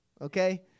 okay